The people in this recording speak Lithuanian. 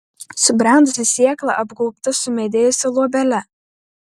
subrendusi sėkla apgaubta sumedėjusia luobele